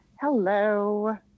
Hello